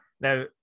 Now